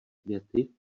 květy